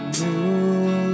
new